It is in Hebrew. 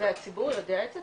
והציבור יודע את זה?